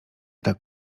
tak